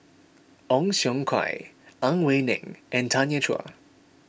Ong Siong Kai Ang Wei Neng and Tanya Chua